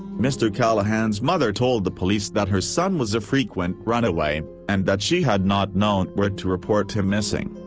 mr. callahan's mother told the police that her son was a frequent runaway, and that she had not known where to report him missing.